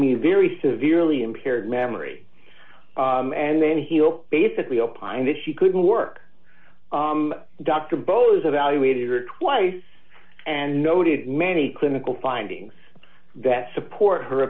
mean very severely impaired memory and then he'll basically opine that she couldn't work dr bose evaluated her twice and noted many clinical findings that support her